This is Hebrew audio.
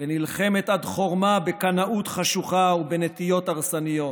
ונלחמת עד חורמה בקנאות חשוכה ובנטיות הרסניות,